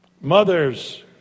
Mothers